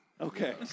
Okay